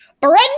Brenda